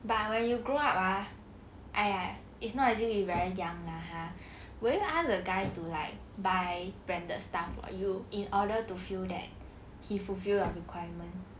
but when you grow up ah !aiya! it's not as if we very young lah ha will you ask the guy to like buy branded stuff for you in order to feel that he fulfill your requirement